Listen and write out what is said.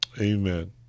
Amen